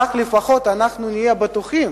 כך לפחות אנחנו נהיה בטוחים